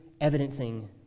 evidencing